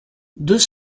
deux